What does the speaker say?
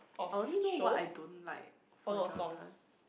I only know what I don't like for genres